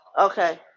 Okay